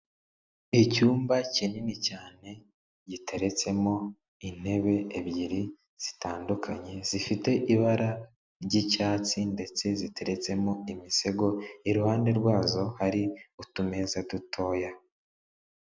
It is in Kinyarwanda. Icyumba kinini cyane giteretsemo intebe ebyiri zitandukanye zifite ibara ry'icyatsi ndetse ziteretsemo imisego, iruhande rwazo hari utumeza dutoya.